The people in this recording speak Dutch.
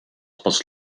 pas